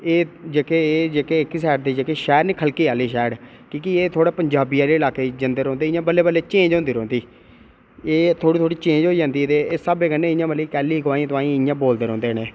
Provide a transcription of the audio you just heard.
एह् जेह्के एह् जेह्के एह्की साइड दे जेह्के शैह्र ख'लके आह्ली शैह्ड़ की के एह् थोड़ी पंजाबी आह्ले लाके जंदे रौंह्दे इ'यां बल्ले बल्ले चेंज होंदे रौंह्दी एह् थोह्ड़ी थोह्ड़ी चेंज होइ जंदी इस स्हाबै कन्नै इ'यां मतलब कैह्ली कुआईं तुआईं इ'यां बोलदे रौंह्दे न